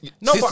no